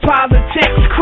Politics